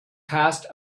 past